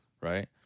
right